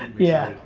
yeah,